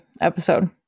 episode